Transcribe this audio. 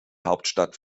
hauptstadt